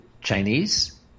Chinese